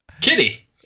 Kitty